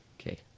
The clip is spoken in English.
Okay